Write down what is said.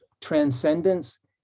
transcendence